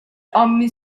armed